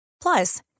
Plus